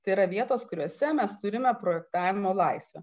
tai yra vietos kuriose mes turime projektavimo laisvę